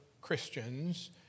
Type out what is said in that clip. Christians